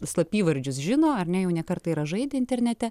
slapyvardžius žino ar ne jau ne kartą yra žaidę internete